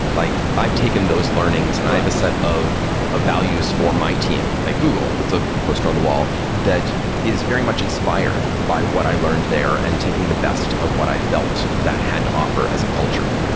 like i've taken those learnings and i have a set of ah values for my team at google that's a poster on the wall that is very much inspired by what i learned there and taking the best of what i felt that had to offer as a culture.